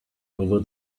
over